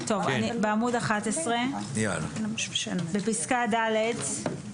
אני בעמוד 11 בפסקה (ד).